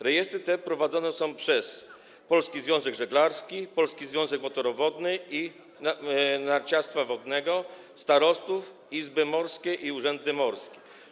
Rejestry te prowadzone są przez Polski Związek Żeglarski, Polski Związek Motorowodny i Narciarstwa Wodnego, starostów, izby morskie i urzędy morskie.